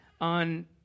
on